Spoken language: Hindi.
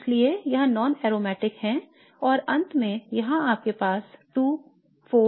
तो इसलिए यह non aromatic है और अंत में यहां आपके पास 2 4 और 6 हैं